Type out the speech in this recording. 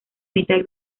mitad